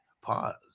Pause